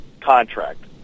contract